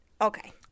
Okay